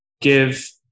give